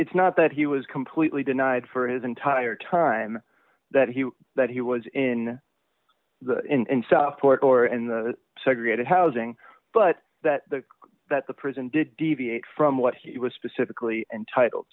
it's not that he was completely denied for his entire time that he that he was in the port or and segregated housing but that the that the prison did deviate from what he was specifically entitled